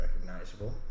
recognizable